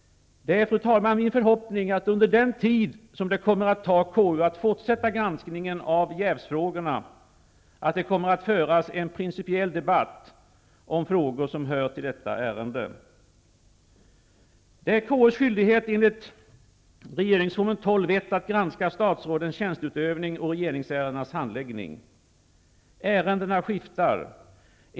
Fru talman! Det är min förhoppning att det, under den tid som det kommer att ta KU att fortsätta granskningen av jävsfrågorna, kommer att föras en principiell debatt om frågor som hör till detta ärende. Det är KU:s skyldighet enligt 12:1 regeringsformen att granska statsrådens tjänsteutövning och regeringsärendenas handläggning. Ärendena skiftar.